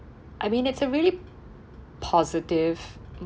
I mean it's a really positive